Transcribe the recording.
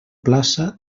plaça